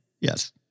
Yes